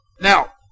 Now